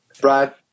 Brad